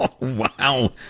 Wow